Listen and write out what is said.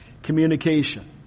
Communication